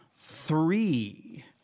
three